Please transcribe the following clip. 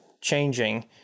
changing